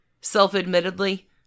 Self-admittedly